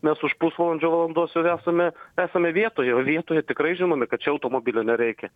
mes už pusvalandžio valandos jau esame esame vietoje o vietoje tikrai žinome kad čia automobilio nereikia